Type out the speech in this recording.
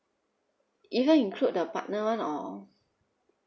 even include the partner [one] or